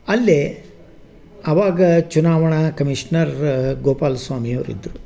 ಅಲ್ಲಿ ಅವಾಗ ಚುನಾವಣಾ ಕಮೀಷ್ನರ್ ಗೋಪಾಲ್ ಸ್ವಾಮಿಯವರಿದ್ರು